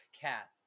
Cat